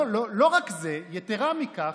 לא רק זה, יתרה מזו,